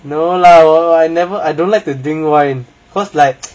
no lah I never I don't like to drink wine cause like